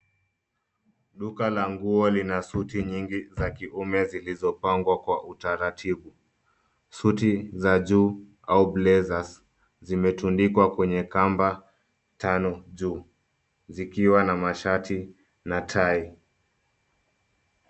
Duka la nguo lina suti nyingi za kiume zilizopangwa kwa utaratibu. Suti za juu au blazers zimetundikwa kwenye kamba tano juu, zikiwa na mashati na tai.